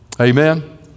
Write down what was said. Amen